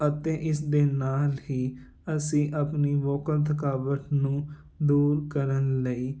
ਅਤੇ ਇਸ ਦੇ ਨਾਲ ਹੀ ਅਸੀਂ ਆਪਣੀ ਵੋਕਲ ਥਕਾਵਟ ਨੂੰ ਦੂਰ ਕਰਨ ਲਈ